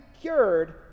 cured